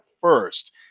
first